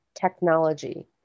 technology